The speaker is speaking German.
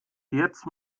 jetzt